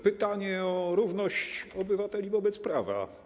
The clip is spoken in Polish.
Pytanie o równość obywateli wobec prawa.